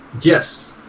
Yes